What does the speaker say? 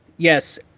Yes